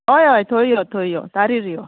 हय हय थंय यो थंय यो तारीर यो